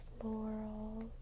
Floral